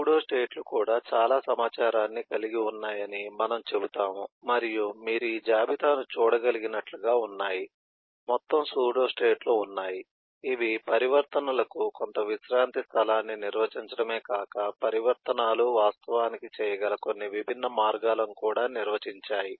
సూడోస్టేట్లు కూడా చాలా సమాచారాన్ని కలిగి ఉన్నాయని మనము చెబుతాము మరియు మీరు ఈ జాబితాను చూడగలిగినట్లుగా ఉన్నాయి మొత్తం సూడోస్టేట్లు ఉన్నాయి ఇవి పరివర్తనలకు కొంత విశ్రాంతి స్థలాన్ని నిర్వచించడమే కాక పరివర్తనాలు వాస్తవానికి చేయగల కొన్ని విభిన్న మార్గాలను కూడా నిర్వచించాయి